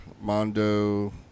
Mondo